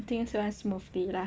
things went smoothly lah